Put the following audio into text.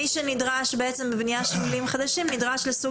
מי שנדרש לבניית לולים חדשים נדרש לסוג